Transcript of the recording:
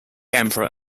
emperor